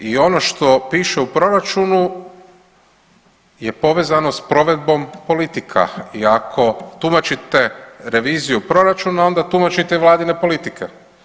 I ono što piše u proračunu je povezano s provedbom politika i ako tumačite reviziju proračuna onda tumačite i vladine politike.